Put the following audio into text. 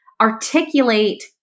articulate